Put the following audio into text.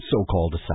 so-called